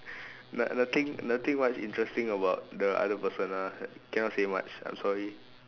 not~ nothing nothing much interesting about the other person ah cannot say much I'm sorry